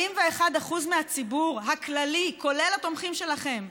41% מהציבור הכללי, כולל התומכים שלכם,